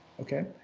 okay